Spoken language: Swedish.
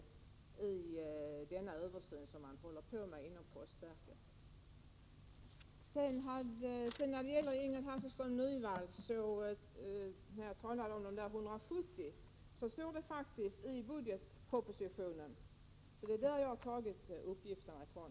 Till Ingrid Hasselström Nyvall vill jag säga att jag beträffande de 170 myndigheterna har tagit uppgiften från budgetpropositionen.